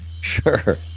Sure